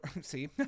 see